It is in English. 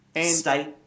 State